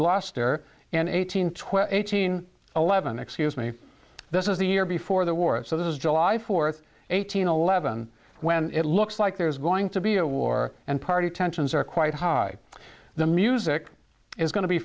gloucester and eighteen twelve eighteen eleven excuse me this is the year before the war so this is july fourth eighteen eleven when it looks like there's going to be a war and party tensions are quite high the music is going to be